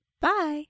Bye